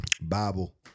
Bible